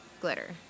Glitter